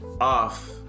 off